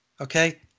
okay